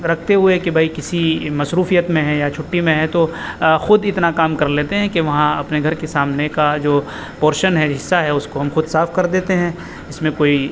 رکھتے ہوئے کہ بھئی کسی مصروفیت میں ہے یا چھٹی میں ہے تو خود اتنا کام کر لیتے ہیں کہ وہاں اپنے گھر کے سامنے کا جو پورشن ہے حصہ ہے اس کو ہم خود صاف کر دیتے ہیں اس میں کوئی